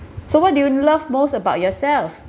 so what do you love most about yourself